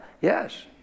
yes